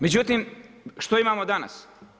Međutim što imamo danas?